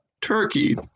Turkey